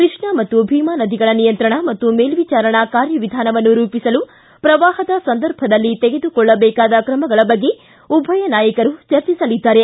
ಕ್ಕಷ್ಣ ಮತ್ತು ಭೀಮಾ ನದಿಗಳ ನಿಯಂತ್ರಣ ಮತ್ತು ಮೇಲ್ವಿಚಾರಣಾ ಕಾರ್ಯವಿಧಾನವನ್ನು ರೂಪಿಸಲು ಪ್ರವಾಹದ ಸಂದರ್ಭದಲ್ಲಿ ತೆಗೆದುಕೊಳ್ಳಬೇಕಾದ ಕ್ರಮಗಳ ಬಗ್ಗೆ ಉಭಯ ನಾಯಕರು ಚರ್ಚಿಸಲಿದ್ದಾರೆ